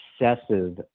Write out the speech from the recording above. excessive